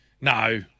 No